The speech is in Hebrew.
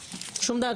אז שום דבר.